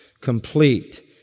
complete